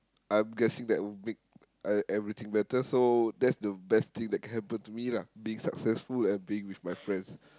I'm guessing that will make uh everything better so that's the best thing that can happen to me lah being successful and being with my friends